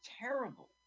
terrible